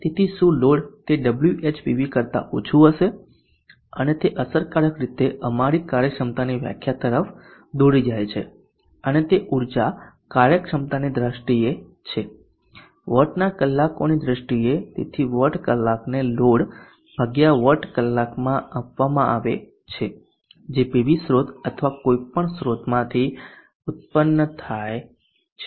તેથી શું લોડ તે WhPV કરતા ઓછું હશે અને તે અસરકારક રીતે અમારી કાર્યક્ષમતાની વ્યાખ્યા તરફ દોરી જાય છે અને તે ઉર્જા કાર્યક્ષમતાની દ્રષ્ટિએ છે વોટના કલાકોની દ્રષ્ટિએ તેથી વોટ કલાકને લોડ ભાગ્યા વોટ કલાકમાં આપવામાં આવે છે જે પીવી સ્રોત અથવા કોઈપણ સ્રોતમાંથી ઉત્પન્ન થાય છે